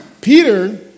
Peter